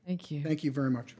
thank you thank you very much